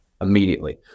immediately